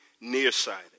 nearsighted